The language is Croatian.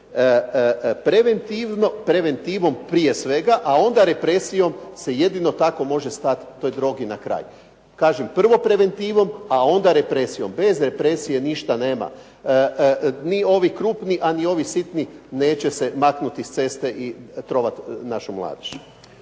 preventivom prije svega, a onda represijom se jedino tako može stati toj drogi na kraj. Kažem prvo preventivom, a onda represijom. Bez represije ništa nema. Ni ovi krupni, a ni ovi sitni neće se maknuti s ceste i trovati našu mladež.